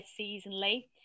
seasonally